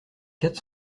quatre